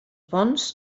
bons